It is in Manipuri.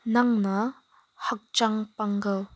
ꯅꯪꯅ ꯍꯛꯆꯥꯡ ꯄꯥꯡꯒꯜ